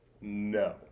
no